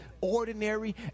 ordinary